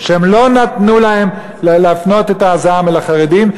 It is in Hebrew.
שהם לא נתנו להם להפנות את הזעם לחרדים,